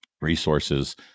resources